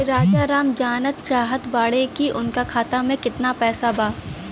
राजाराम जानल चाहत बड़े की उनका खाता में कितना पैसा बा?